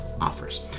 offers